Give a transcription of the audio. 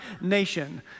nation